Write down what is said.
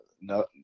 No